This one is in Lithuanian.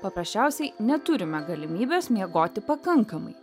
paprasčiausiai neturime galimybės miegoti pakankamai